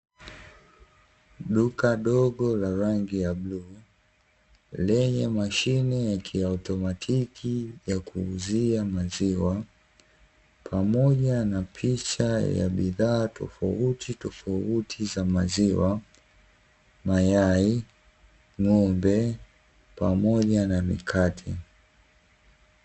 Duka dogo la rangi ya bluu lenye mashine ya kiautomatiki ya kuuzia maziwa pamoja na picha ya bidhaa tofautitofauti za maziwa, mayai, ng'ombe pamoja na mikate.